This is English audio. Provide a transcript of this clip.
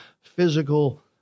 physical